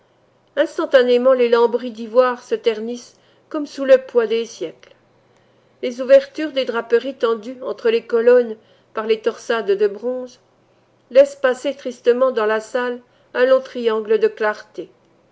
instantanément les lambris d'ivoire se ternissent comme sous le poids des siècles les ouvertures des draperies tendues entre les colonnes par les torsades de bronze laissent passer tristement dans la salle un long triangle de clarté